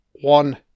one